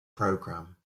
program